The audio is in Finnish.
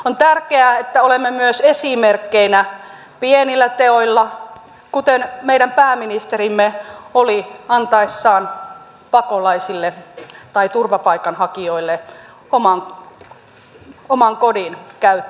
on tärkeää että olemme myös esimerkkeinä pienillä teoilla kuten meidän pääministerimme oli antaessaan pakolaisille tai turvapaikanhakijoille oman kodin käyttöönsä